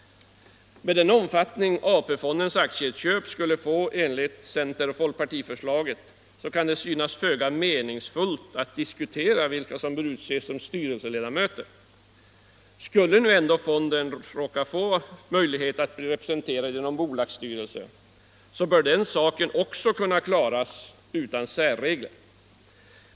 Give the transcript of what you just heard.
Med den omfattning AP-fondens aktieköp skulle få enligt centeroch folkpartiförslaget kan det synas föga meningsfullt att diskutera vilka som bör utses till styrelseledamöter. Skulle nu ändå fonden råka få möjlighet att bli representerad i någon bolagsstyrelse, så bör den saken också kunna klaras utan särregler.